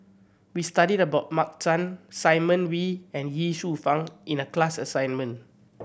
we studied about Mark Chan Simon Wee and Ye Shufang in the class assignment